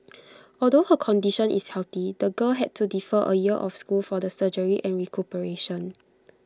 although her condition is healthy the girl had to defer A year of school for the surgery and recuperation